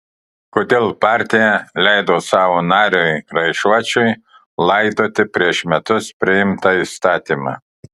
kodėl partija leido savo nariui raišuočiui laidoti prieš metus priimtą įstatymą